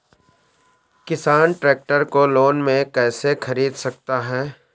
किसान ट्रैक्टर को लोन में कैसे ख़रीद सकता है?